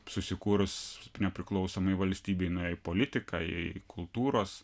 susikūrus nepriklausomai valstybei nuėję į politiką į kultūros